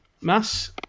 Mass